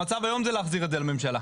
המצב היום זה להחזיר את זה למשרדים.